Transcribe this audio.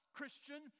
Christian